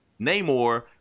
Namor